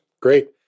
Great